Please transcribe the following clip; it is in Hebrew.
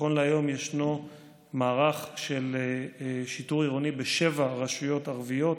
נכון להיום ישנו מערך של שיטור עירוני בשבע רשויות ערביות,